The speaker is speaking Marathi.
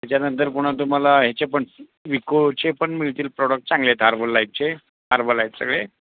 त्यानंतर पुन्हा तुम्हाला ह्याचे पण विकोचे पण मिळतील प्रॉडक्ट चांगले आहेत हार्बल लाईटचे हार्बल आहेत सगळे